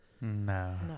No